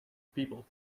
people